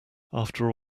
after